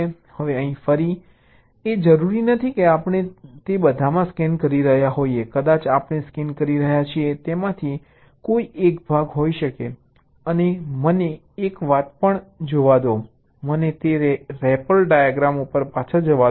હવે અહીં ફરી એ જરૂરી નથી કે આપણે તે બધામાં સ્કેન કરી રહ્યા હોઈએ કદાચ આપણે સ્કેન કરી રહ્યા છીએ તેમાંથી કોઈ એક ભાગ હોઈ શકે અને મને એક વાત પણ જોવા દો મને તે રેપર ડાયાગ્રામ ઉપર પાછા જવા દો